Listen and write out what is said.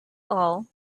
all